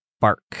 Bark